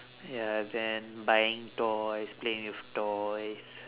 ya then buying toys playing with toys